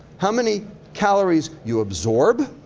how many calories you absorb,